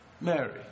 Mary